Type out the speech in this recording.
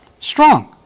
Strong